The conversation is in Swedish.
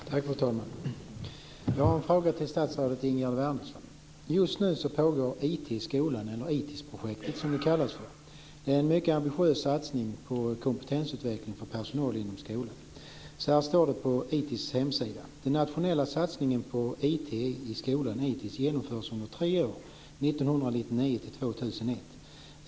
Fru talman! Jag har en fråga till statsrådet Ingegerd Wärnersson. Just nu pågår IT i Skolan, eller ITiS-projektet som det kallas. Det är en mycket ambitiös satsning på kompetensutveckling för personal inom skolan. Så här står det på ITiS hemsida: Den nationella satsningen på IT i Skolan, ITiS, genomförs under tre år 1999-2001.